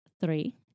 three